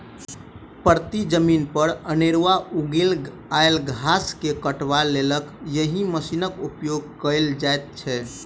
परती जमीन पर अनेरूआ उगि आयल घास के काटबाक लेल एहि मशीनक उपयोग कयल जाइत छै